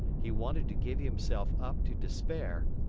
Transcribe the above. he wanted to give himself up to despair,